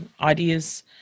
ideas